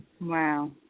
Wow